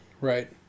Right